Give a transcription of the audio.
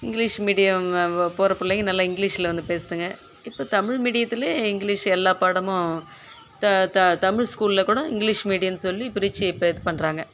English medium போகிற பிள்ளைங்க நல்லா இங்கிலீஷில் வந்து பேசுதுங்க இப்போ தமிழ் மீடியத்தில் இங்கிலீஷ் எல்லா பாடமும் தா தா தமிழ் ஸ்கூலில் கூட இங்கிலீஷ் மீடியம்னு சொல்லி பிரித்து இப்போ இது பண்றாங்க